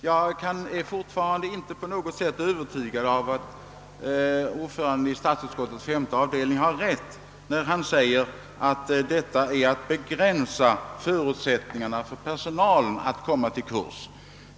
Jag är fortfarande inte övertygad om att ordföranden i statsutskottets femte avdelning har rätt när han säger att detta skulle begränsa möjligheterna för personalen att deltaga i en kurs.